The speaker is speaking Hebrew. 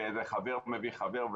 וזה חבר מביא חבר.